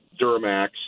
Duramax